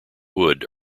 wood